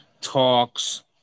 talks